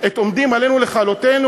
עת עומדים עלינו לכלותנו,